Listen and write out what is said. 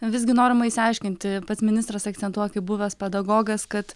visgi norima išsiaiškinti pats ministras akcentuoja kaip buvęs pedagogas kad